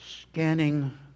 scanning